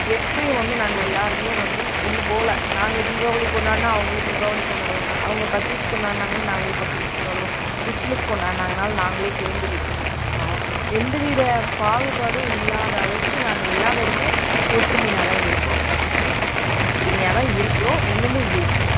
எப்பையும் வந்து நாங்கள் எல்லோருமே வந்து ஒன்றுப்போல நாங்கள் தீபாவளி கொண்டாடினா அவங்களும் தீபாவளி கொண்டாடுவாங்க அவங்க பக்ரீத் கொண்டாடினாங்கன்னா நாங்களும் பக்ரீத் கொண்டாடுவோம் கிறிஷ்மஸ் கொண்டாடினாங்கனாலும் நாங்களும் சேந்து கிறிஷ்மஸ் கொண்டாடுவோம் எந்த வித பாகுபாடும் இல்லாத அளவுக்கு நாங்கள் எல்லா பேரும் ஒற்றுமையாக தான் இருக்கிறோம் ஒற்றுமையாக தான் இருக்கிறோம் இன்னமும் இருப்போம்